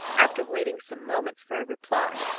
after waiting some moments for a reply,